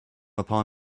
upon